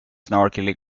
snarkily